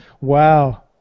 Wow